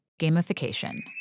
gamification